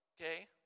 Okay